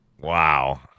Wow